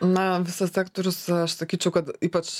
na visas sektorius aš sakyčiau kad ypač